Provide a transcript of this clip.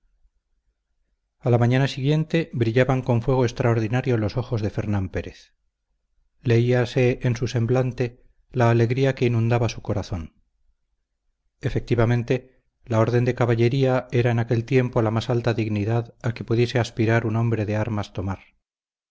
a la mañana siguiente brillaban con fuego extraordinario los ojos de fernán pérez leíase en su semblante la alegría que inundaba su corazón efectivamente la orden de caballería era en aquel tiempo la más alta dignidad a que pudiese aspirar un hombre de armas tomar